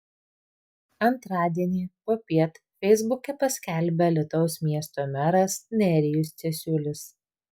antradienį popiet feisbuke paskelbė alytaus miesto meras nerijus cesiulis